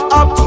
up